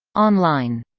online.